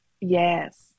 Yes